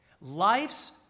Life's